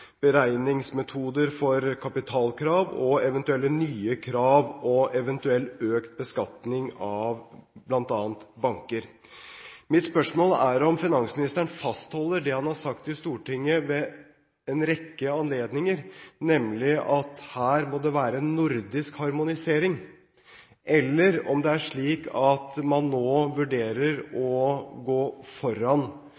beregningsmetoder for kapitalkrav og eventuelle nye krav og eventuell økt beskatning av bl.a. banker. Mitt spørsmål er: Fastholder finansministeren det han har sagt i Stortinget ved en rekke anledninger, nemlig at her må det være en nordisk harmonisering, eller er det slik at man nå vurderer å